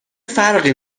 فرقی